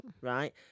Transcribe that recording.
Right